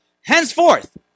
henceforth